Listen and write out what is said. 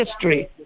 history